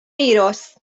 iros